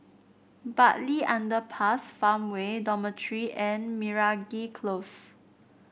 Bartley Underpass Farmway Dormitory and Meragi Close